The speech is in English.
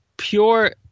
pure